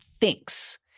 thinks